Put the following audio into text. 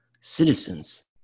citizens